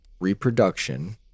reproduction